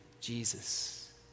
Jesus